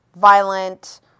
violent